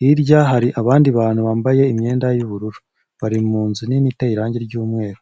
Hirya hari abandi bantu bambaye imyenda y'ubururu. Bari mu nzu nini iteye irangi ry'umweru.